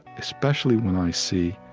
especially when i see